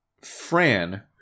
Fran